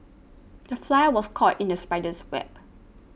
the fly was caught in the spider's web